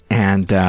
and